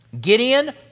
Gideon